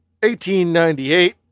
1898